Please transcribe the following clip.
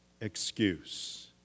excuse